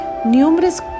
numerous